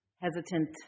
hesitant